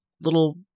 little